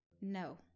no